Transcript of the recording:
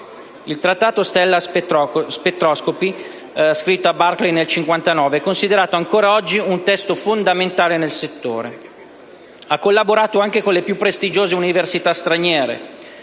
Il trattato «Stellar spectroscopy», scritto a Berkeley nel 1959, è considerato ancora oggi un testo fondamentale nel settore. Collabora con prestigiose università straniere